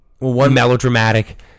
melodramatic